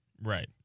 Right